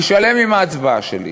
אני שלם עם ההצבעה שלי